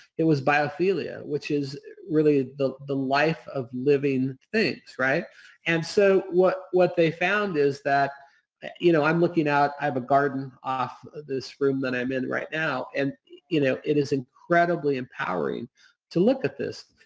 it was biophilia, which is really the the life of living things. and so, what what they found is that you know i'm looking out, i have a garden of this room that i'm in right now and you know it is incredibly empowering to look at this.